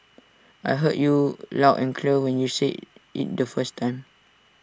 I heard you loud and clear when you said IT the first time